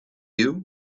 you